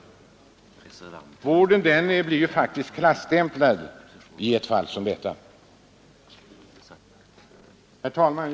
Vården blir faktiskt klasstämplad i ett fall som detta. Herr talman!